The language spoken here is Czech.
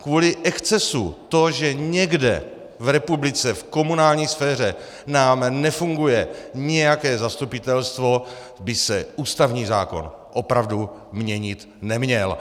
Kvůli excesu to, že někde v republice, v komunální sféře nám nefunguje nějaké zastupitelstvo, by se ústavní zákon opravdu měnit neměl.